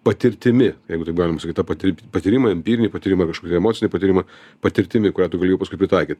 patirtimi jeigu taip galima sakyt ta pati patyrimą empirinį patyrimą kažokį emocinį patyrimą patirtimi kurią tu gali jau paskui pritaikyt